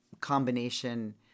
combination